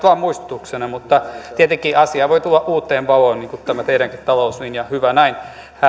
vaan muistutuksena mutta tietenkin asia voi tulla uuteen valoon niin kuin tämä teidänkin talouslinjanne hyvä näin